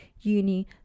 uni